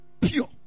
pure